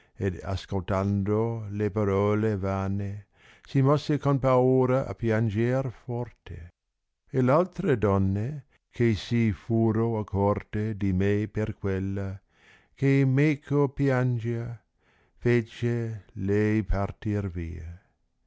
ascoltando le parole tane si mosse con paura a pianger forte e r altre donne che si furo accorte di me per quella che meco pìangia fecer lei partir via